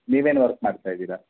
ನೀವೇನು ವರ್ಕ್ ಮಾಡ್ತಾ ಇದ್ದೀರಾ